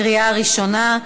קריאה ראשונה,